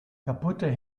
kaputte